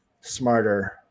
smarter